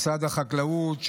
משרד החקלאות,